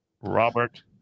Robert